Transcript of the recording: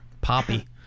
Poppy